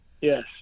Yes